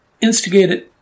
instigated